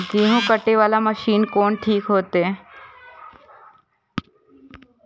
गेहूं कटे वाला मशीन कोन ठीक होते?